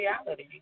reality